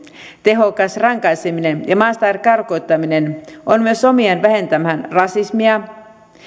tehokas rankaiseminen ja maasta karkottaminen on myös omiaan vähentämään rasismia